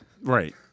Right